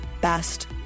best